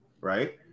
right